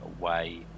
away